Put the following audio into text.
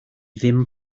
ddim